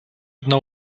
одна